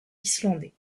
islandais